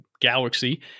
galaxy